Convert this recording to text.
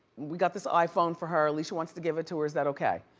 we got this iphone for her, alicia wants to give it to her, is that okay?